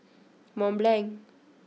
Mont Blanc